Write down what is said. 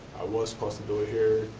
was supposed to do it here,